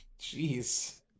Jeez